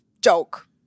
joke